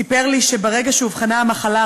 סיפר לי שברגע שאובחנה המחלה,